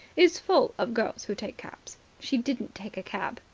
is full of girls who take cabs. she didn't take a cab.